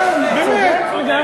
צודק, לגמרי.